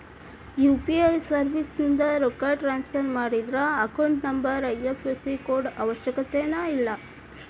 UPI ಸರ್ವಿಸ್ಯಿಂದ ರೊಕ್ಕ transfer ಮಾಡಿದ್ರ ಅಕೌಂಟ್ ನಂಬರ್ ಐ.ಎಫ್.ಎಸ್.ಸಿ ಕೋಡ್ ಅವಶ್ಯಕತೆನ ಇಲ್ಲ